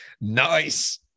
Nice